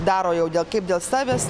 daro jau dėl kaip dėl savęs